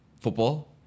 football